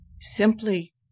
simply